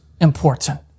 important